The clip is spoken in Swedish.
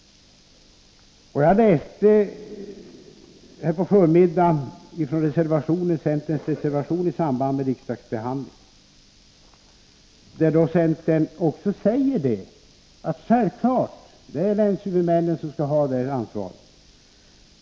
Jag läste på förmiddagen centerns reservation i samband med riksdagsbehandlingen, där centern också säger att länshuvudmännen självfallet skall ha detta ansvar.